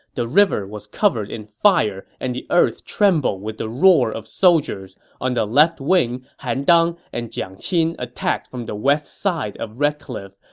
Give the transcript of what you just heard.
the river was covered in fire and the earth trembled with the roar of soldiers. on the left wing, han dang and jiang qin attacked from the west side of the red cliffs.